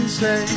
say